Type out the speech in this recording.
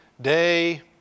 day